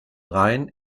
rhein